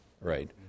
right